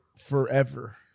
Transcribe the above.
forever